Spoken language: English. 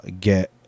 get